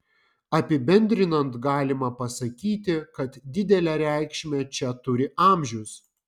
apibendrinant galima pasakyti kad didelę reikšmę čia turi amžius